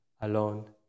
alone